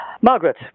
Margaret